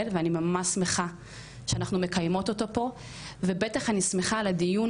ואני ממש שמחה שאנחנו מקיימות אותו פה ובטח אני שמחה על הדיון